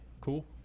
cool